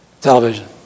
television